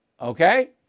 Okay